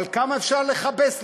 אבל כמה אפשר לכבס?